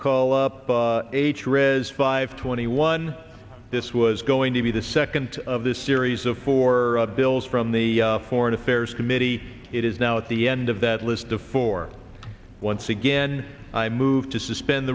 as five twenty one this was going to be the second of this series of four bills from the foreign affairs committee it is now at the end of that list before once again i move to suspend